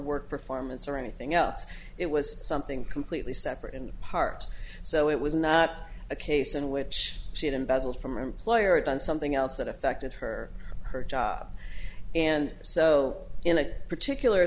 work performance or anything else it was something completely separate and apart so it was not a case in which she had embezzled from employer or done something else that affected her her job and so in that particular